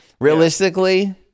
realistically